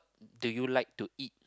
do you like to eat